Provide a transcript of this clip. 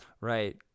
Right